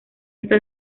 está